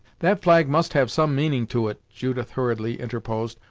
that flag must have some meaning to it judith hurriedly interposed.